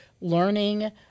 learning